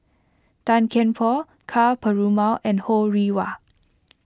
Tan Kian Por Ka Perumal and Ho Rih Hwa